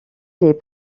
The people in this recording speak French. les